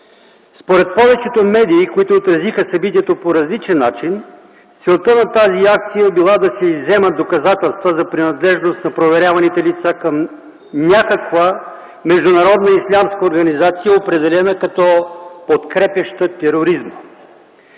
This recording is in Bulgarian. Според повечето медии, които отразиха събитието по различен начин, целта на тази акция е била да се изземат доказателства за принадлежност на проверяваните лица към някаква международна ислямска организация, определена като подкрепяща тероризма.